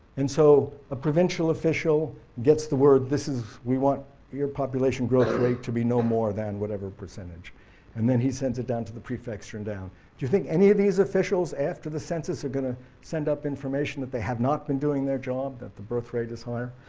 and so a provincial official gets the word this is we want your population growth rate to be no more than whatever percentage and then he sends it down to the prefecture and down. do you think any of these officials, after the census, are going send up information that they have not been doing their job, that the birthrate is higher?